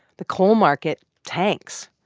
the coal market tanks.